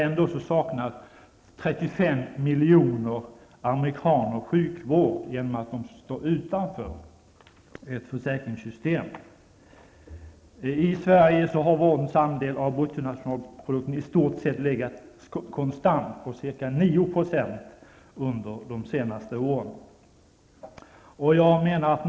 Ändock saknar 35 miljoner amerikaner sjukvård, eftersom de står utanför försäkringssystemet. I Sverige har vårdens andel av bruttonationalprodukten under de senaste åren i stort sett legat konstant på ca 9 %.